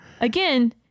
Again